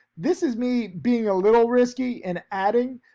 this is me being a little risky and adding,